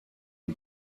you